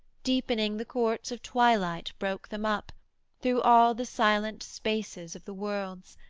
deepening the courts of twilight broke them up through all the silent spaces of the worlds,